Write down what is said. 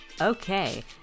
Okay